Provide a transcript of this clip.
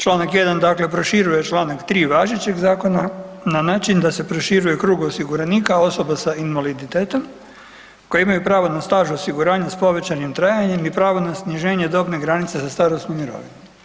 Čl. 1. proširuje čl. 3. važećeg zakona na način da se proširuje krug osiguranika osoba s invaliditetom koji imaju pravo na staž osiguranja s povećanim trajanjem i pravo na sniženje dobne granice za starosnu mirovinu.